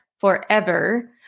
forever